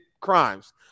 crimes